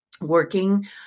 working